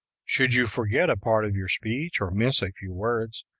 should you forget a part of your speech or miss a few words,